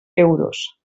euros